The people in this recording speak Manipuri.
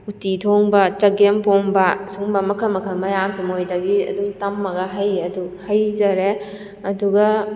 ꯎꯇꯤ ꯊꯣꯡꯕ ꯆꯒꯦꯝ ꯄꯣꯝꯕ ꯁꯤꯒꯨꯝꯕ ꯃꯈꯜ ꯃꯈꯜ ꯃꯌꯥꯝꯁꯦ ꯃꯣꯏꯗꯒꯤ ꯑꯗꯨꯝ ꯇꯝꯃꯒ ꯍꯩꯌꯦ ꯑꯗꯨ ꯍꯩꯖꯔꯦ ꯑꯗꯨꯒ